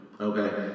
Okay